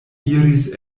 iris